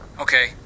Okay